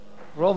רוב העובדים